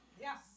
Yes